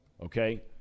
okay